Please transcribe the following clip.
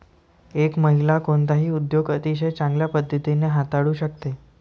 एक महिला कोणताही उद्योग अतिशय चांगल्या पद्धतीने हाताळू शकते